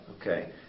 okay